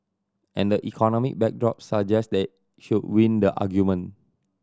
and the economic backdrop suggest they should win the argument